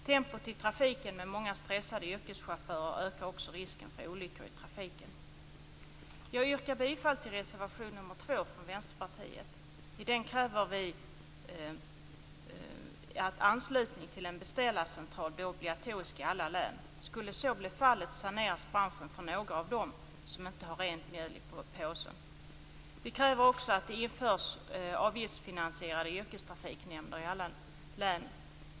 Tempot i trafiken med många stressade yrkeschaufförer ökar också risken för olyckor i trafiken. Jag yrkar bifall till reservation nr 2 från Vänsterpartiet. I den kräver vi att anslutning till en beställarcentral blir obligatorisk i alla län. Skulle så bli fallet saneras branschen från några av dem som inte har rent mjöl i påsen. Vi kräver också att det införs avgiftsfinansierade yrkestrafiknämnder i alla län.